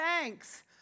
thanks